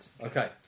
okay